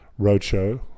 roadshow